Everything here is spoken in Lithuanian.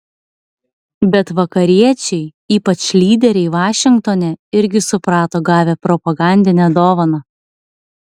bet vakariečiai ypač lyderiai vašingtone irgi suprato gavę propagandinę dovaną